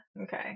Okay